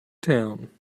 town